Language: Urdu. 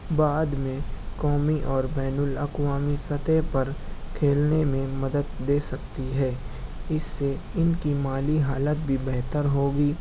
بعد میں قومی اور بین الاقوامی سطح پرکھیلنے میں مدد دے سکتی ہے اس سے ان کی مالی حالت بھی بہتر ہوگی